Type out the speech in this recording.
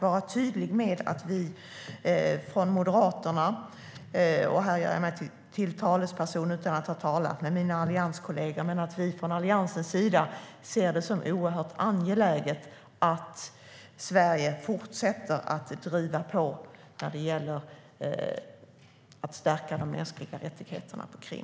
Vi från Moderaternas sida och - här gör jag mig till talesperson utan att ha talat med mina allianskollegor - vi från Alliansens sida ser det som oerhört angeläget att Sverige fortsätter att driva på när det gäller att stärka de mänskliga rättigheterna på Krim.